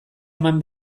eman